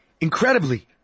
Incredibly